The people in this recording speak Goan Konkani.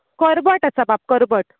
कर्बट आसा बाब कर्बट